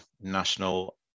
national